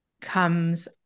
comes